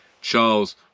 Charles